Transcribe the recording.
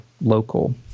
local